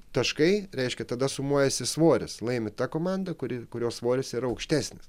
taškai reiškia tada sumuojasi svoris laimi ta komanda kuri kurios svoris ir aukštesnis